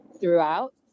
throughout